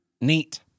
Neat